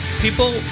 people